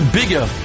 bigger